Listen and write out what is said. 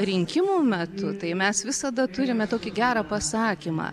rinkimų metu tai mes visada turime tokį gerą pasakymą